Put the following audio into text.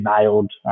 nailed